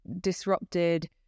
disrupted